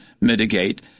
mitigate